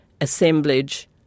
assemblage